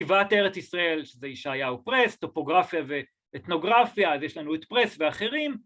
כתיבת ארץ ישראל זה ישעיהו פרס, ‫טופוגרפיה ואתנוגרפיה, ‫אז יש לנו את פרס ואחרים.